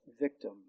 victim